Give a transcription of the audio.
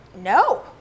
no